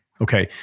Okay